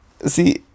see